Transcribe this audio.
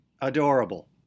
adorable